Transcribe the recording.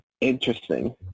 interesting